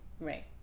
Right